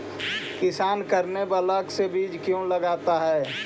किसान करने ब्लाक से बीज क्यों लाता है?